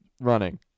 Running